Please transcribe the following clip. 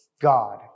God